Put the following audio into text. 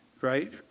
right